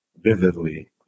vividly